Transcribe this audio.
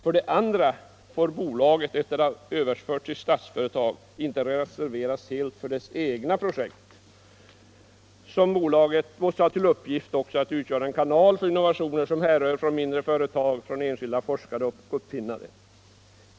För det andra får bolaget efter att ha överförts till Statsföretag inte reserveras helt för dess egna projekt. Som hittills bör bolaget ha som en uppgift att utgöra en kanal för innovationer som härrör från mindre företag eller från enskilda forskare och uppfinnare.